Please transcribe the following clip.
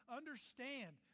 understand